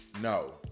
no